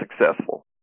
successful